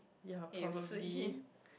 ya probably